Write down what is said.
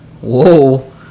Whoa